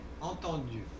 entendu